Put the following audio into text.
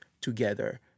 together